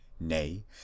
nay